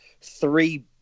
three